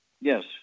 Yes